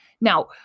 Now